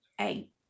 eight